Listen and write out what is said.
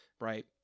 right